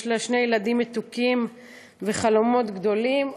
יש לה שני ילדים מתוקים וחלומות גדולים,